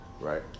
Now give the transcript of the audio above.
right